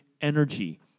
energy